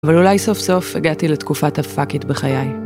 ‫אבל אולי סוף סוף הגעתי ‫לתקופת ה-fuck it בחיי.